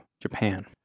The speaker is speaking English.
Japan